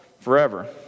forever